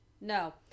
no